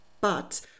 But